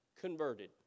converted